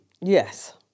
Yes